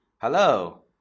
Hello